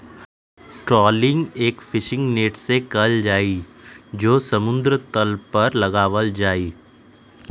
trawling एक fishing net से कइल जाहई जो समुद्र तल पर लगावल जाहई